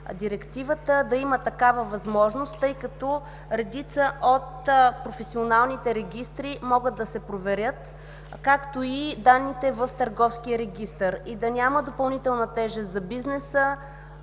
Директивата да има такава възможност, тъй като редица от професионалните регистри могат да се проверят, както и данните в Търговския регистър, и да няма допълнителна тежест за бизнеса